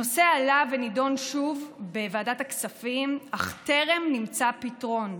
הנושא עלה ונדון שוב בוועדת הכספים אך טרם נמצא פתרון.